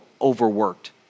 overworked